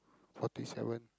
forty seven